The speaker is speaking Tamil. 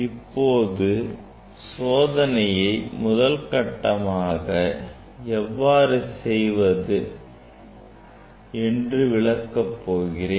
இப்பொழுது சோதனையை ஒவ்வொரு கட்டமாக எவ்வாறு செய்வது என்று விளக்கப் போகிறேன்